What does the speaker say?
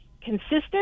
consistent